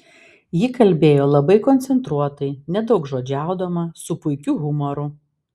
ji kalbėjo labai koncentruotai nedaugžodžiaudama su puikiu humoru